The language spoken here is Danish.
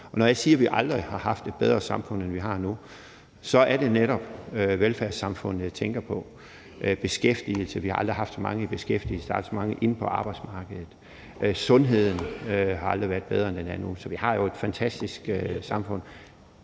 når jeg siger, at vi aldrig har haft et bedre samfund, end vi har nu, er det netop velfærdssamfundet, jeg tænker på. Vi har aldrig haft så mange i beskæftigelse, aldrig haft så mange inde på arbejdsmarkedet. Sundheden har aldrig været bedre, end den er nu. Så vi har jo et fantastisk samfund.